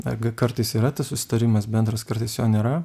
ar g kartais yra tas susitarimas bendras kartais jo nėra